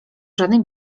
żadnej